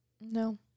No